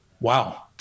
wow